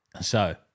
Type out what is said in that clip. So-